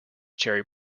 cherry